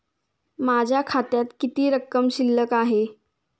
माझ्या खात्यात किती रक्कम शिल्लक आहे?